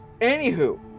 Anywho